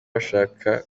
bashaka